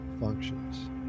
functions